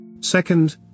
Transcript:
Second